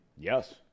Yes